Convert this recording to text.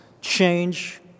change